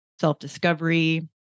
self-discovery